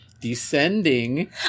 descending